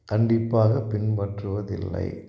கண்டிப்பாக பின்பற்றுவது இல்லை